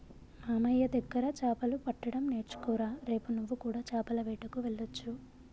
మామయ్య దగ్గర చాపలు పట్టడం నేర్చుకోరా రేపు నువ్వు కూడా చాపల వేటకు వెళ్లొచ్చు